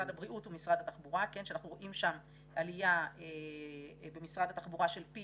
במשרד התחבורה אנחנו רואים עלייה של פי